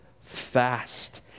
fast